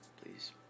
Please